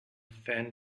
fan